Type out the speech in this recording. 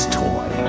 toy